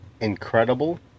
incredible